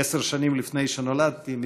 עשר שנים לפני שנולדתי,